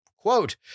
Quote